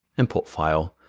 import file,